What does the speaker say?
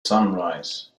sunrise